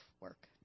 work